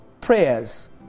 prayers